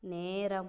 நேரம்